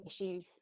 issues